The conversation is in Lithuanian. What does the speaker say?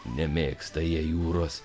nemėgsta jie jūros